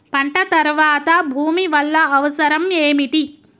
పంట తర్వాత భూమి వల్ల అవసరం ఏమిటి?